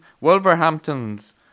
Wolverhampton's